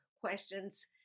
questions